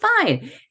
fine